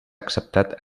acceptat